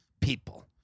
people